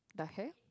the hair